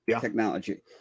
technology